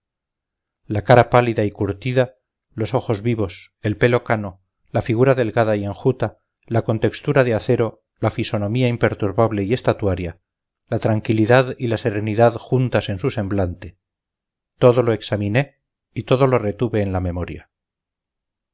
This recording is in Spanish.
la cara pálida y curtida los ojos vivos el pelo cano la figura delgada y enjuta la contextura de acero la fisonomía imperturbable y estatuaria la tranquilidad y la serenidad juntas en su semblante todo lo examiné y todo lo retuve en la memoria